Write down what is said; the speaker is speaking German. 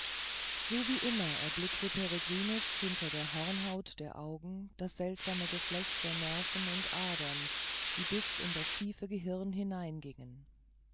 so wie immer erblickte peregrinus hinter der hornhaut der augen das seltsame geflecht der nerven und adern die bis in das tiefe gehirn hineingingen